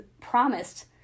promised